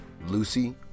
Lucy